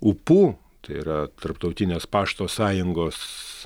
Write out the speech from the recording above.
upu tai yra tarptautinės pašto sąjungos